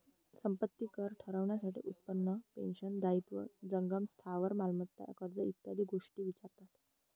संपत्ती कर ठरवण्यासाठी उत्पन्न, पेन्शन, दायित्व, जंगम स्थावर मालमत्ता, कर्ज इत्यादी सर्व गोष्टी विचारतात